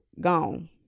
gone